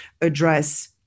address